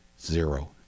zero